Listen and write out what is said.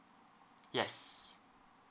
yes